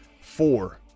four